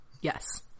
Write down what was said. yes